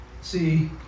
See